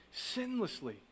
sinlessly